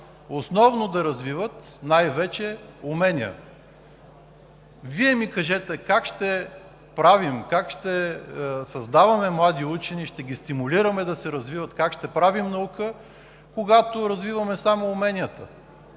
основно да развиват най-вече умения. Вие ми кажете: как ще правим, как ще създаваме млади учени и ще ги стимулираме да се развиват, как ще правим наука, когато развиваме само уменията?